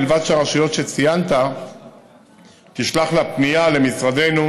ובלבד שהרשויות שציינת תשלחנה פנייה למשרדנו